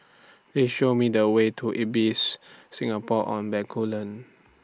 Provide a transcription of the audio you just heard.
Please Show Me The Way to Ibis Singapore on Bencoolen